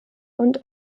und